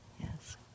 yes